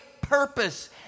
purpose